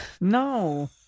No